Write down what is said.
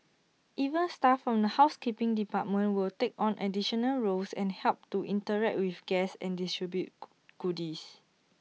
even staff from the housekeeping department will take on additional roles and help to interact with guests and distribute goodies